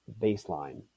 baseline